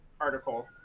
article